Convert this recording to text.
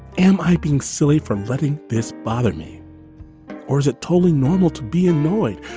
am i being silly from letting this bother me or is it totally normal to be annoyed?